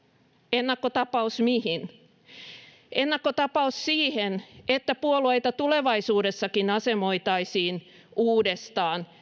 ennakkotapaus mihin ennakkotapaus siihen että puolueita tulevaisuudessakin asemoitaisiin uudestaan